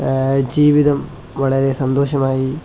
ജീവിതം വളരെ സന്തോഷമായി